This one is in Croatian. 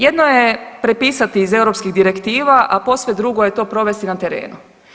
Jedno je prepisati iz europskih direktiva, a posve drugo je to provesti na terenu.